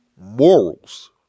morals